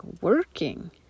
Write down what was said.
working